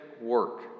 work